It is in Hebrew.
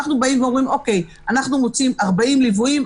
אנחנו אומרים: אנחנו מוציאים 40 ליוויים,